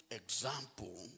example